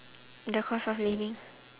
the cost of living